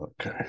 okay